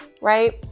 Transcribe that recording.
right